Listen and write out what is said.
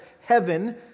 heaven